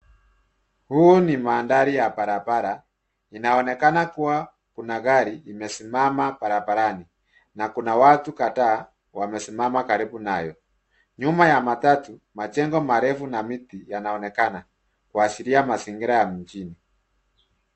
Huu ni mandhari ya barabara inaonekana kua kuna gari imesimama barabarani na kuna watu kadhaa wamesimama karibu nayo, nyuma ya matatu majengo marefu na miti yanaonekana kuashiria mazingira ya mjini.